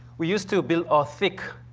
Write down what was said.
we used to build a thick,